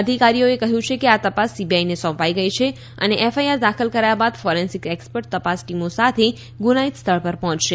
અધિકારીઓએ કહ્યું કે આ તપાસ સીબીઆઈને સોંપાઈ ગઈ છે અને એફઆઈઆર દાખલ કરાયા બાદ ફોરેન્સિક એક્સપર્ટ તપાસ ટીમો સાથે ગુનાહિત સ્થળ પર પહોંચશે